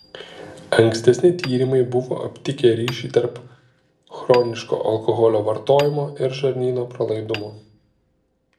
ankstesni tyrimai buvo aptikę ryšį tarp chroniško alkoholio vartojimo ir žarnyno pralaidumo